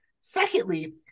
Secondly